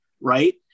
right